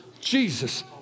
Jesus